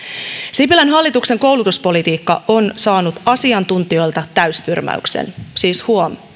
sipilän hallituksen koulutuspolitiikka on saanut asiantuntijoilta täystyrmäyksen siis huom